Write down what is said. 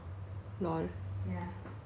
actually in manilla I wanted to